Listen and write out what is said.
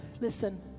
Listen